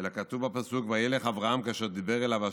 כתוב בפסוק: "וילך אברם כאשר דבר אליו ה'".